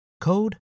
code